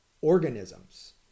organisms